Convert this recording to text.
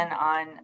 on